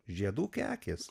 žiedų kekės